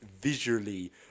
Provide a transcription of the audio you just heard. visually